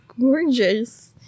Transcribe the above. gorgeous